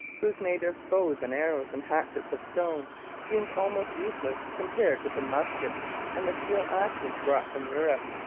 whose native bows and arrows and hatchets of stone seemed almost useless compared with the muskets and the steel axes brought from europe.